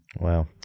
Wow